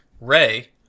Ray